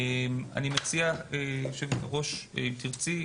אני מציע שאחרי הצעת התקציב, אם תרצי,